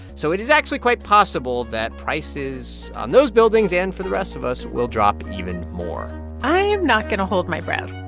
so it is actually quite possible that prices on those buildings and for the rest of us will drop even more i'm not going to hold my breath